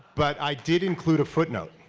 but i did include a footnote.